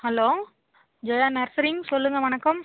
hello Jaya நர்சரிங் சொல்லுங்கள் வணக்கம்